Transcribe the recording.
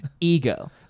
ego